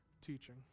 teaching